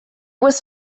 was